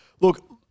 Look